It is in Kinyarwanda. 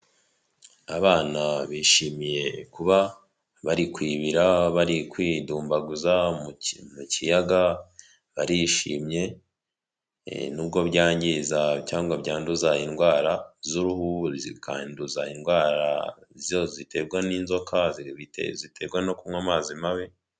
Abana bishimiye kuba barikwibira, bari kwidumbaguza, mu kiyaga barishimye nubwo byangiza, cyangwa byanduza indwara z'uruhu, zikanduza indwara ziterwa n'inzoka ziterwa no kunywa amazi mabi.